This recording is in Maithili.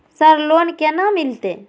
सर लोन केना मिलते?